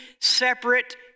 separate